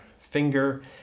finger